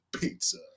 pizza